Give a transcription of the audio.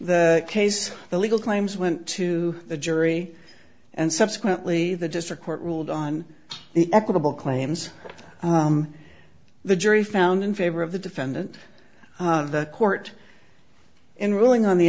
the case the legal claims went to the jury and subsequently the district court ruled on the equitable claims the jury found in favor of the defendant the court in ruling on the